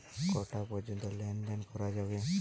কটা পর্যন্ত লেন দেন করা যাবে?